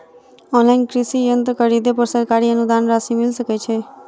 Online कृषि यंत्र खरीदे पर सरकारी अनुदान राशि मिल सकै छैय?